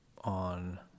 on